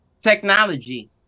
technology